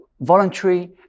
voluntary